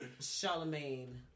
Charlemagne